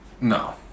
No